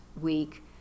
week